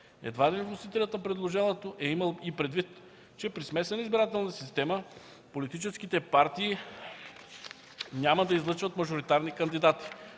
Едва ли вносителят на предложението е имал и предвид, че при смесена избирателна система политическите партии няма да излъчват мажоритарни кандидати